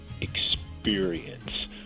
experience